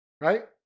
right